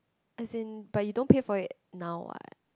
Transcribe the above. as in but you don't pay for it now what